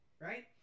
right